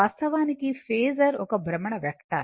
వాస్తవానికి ఫేసర్ ఒక భ్రమణ వెక్టార్